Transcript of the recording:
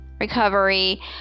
recovery